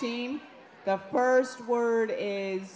team the first word i